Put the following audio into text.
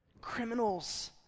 Criminals